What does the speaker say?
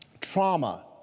Trauma